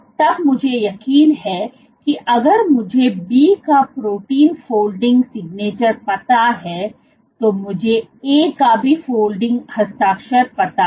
तब मुझे यकीन है कि अगर मुझे B का प्रोटीन फोल्डिंग सिग्नेचर पता है तो मुझे A का भी फोल्डिंग हस्ताक्षर पता है